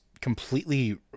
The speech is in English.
completely